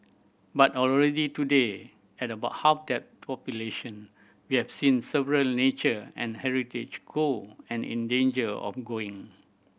but already today at about half that population we have seen several nature and heritage go and in danger of going